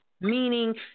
meaning